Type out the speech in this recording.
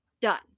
Done